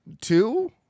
two